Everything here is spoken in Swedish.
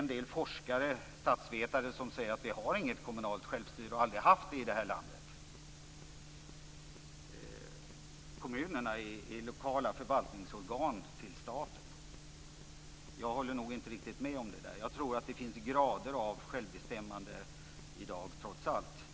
En del statsvetenskapliga forskare säger att vi inte har något kommunalt självstyre och aldrig har haft det i vårt land, att kommunerna är lokala förvaltningsorgan under staten. Jag håller inte riktigt med om det där. Jag tror att det i dag trots allt finns grader av självbestämmande i kommunerna.